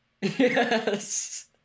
Yes